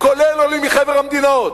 כולל עולים מחבר המדינות.